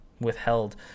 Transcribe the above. withheld